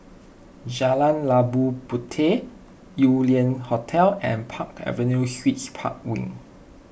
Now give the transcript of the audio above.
Jalan Labu Puteh Yew Lian Hotel and Park Avenue Suites Park Wing